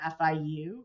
FIU